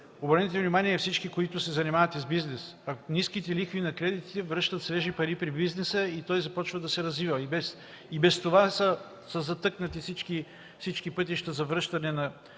Обърнете внимание всички, които се занимавате с бизнес – ниските лихви на кредитите връщат свежи пари при бизнеса и той започва да се развива. И без това са затъкнати всички пътища за връщане на